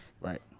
Right